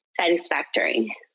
satisfactory